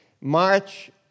March